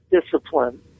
discipline